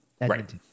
Right